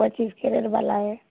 ପଚିଶ୍ କ୍ୟାରେଟ୍ ବାଲା ଆଏ